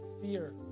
fear